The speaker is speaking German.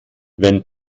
wenn